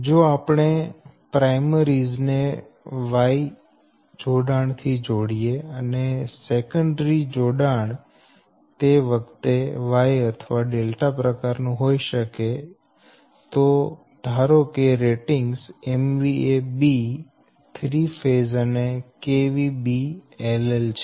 જો આપણે પ્રાયમરીઝ ને Y જોડાણ થી જોડીએ સેકન્ડરી જોડાણ તે વખતે Y અથવા પ્રકાર નું હોય શકે અને ધારો કે રેટિંગ્સ B3ɸ અને BLL છે